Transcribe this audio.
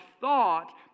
thought